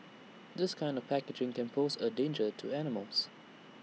this kind of packaging can pose A danger to animals